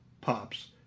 pops